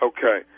Okay